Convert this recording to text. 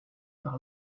par